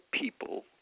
people